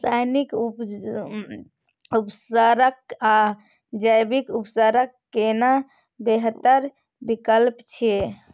रसायनिक उर्वरक आ जैविक उर्वरक केना बेहतर विकल्प छै?